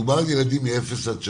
מדובר על ילדים מגיל אפס עד שלוש.